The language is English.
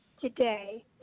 today